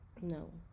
No